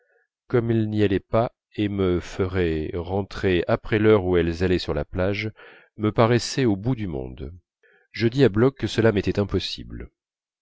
comme elles n'y allaient pas et que je rentrerais après l'heure où elles allaient sur la plage me paraissait au bout du monde je dis à bloch que cela m'était impossible